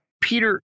Peter